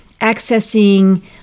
accessing